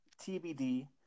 TBD